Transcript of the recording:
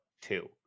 Two